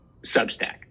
substack